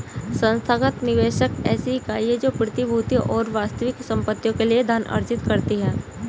संस्थागत निवेशक ऐसी इकाई है जो प्रतिभूतियों और वास्तविक संपत्तियों के लिए धन अर्जित करती है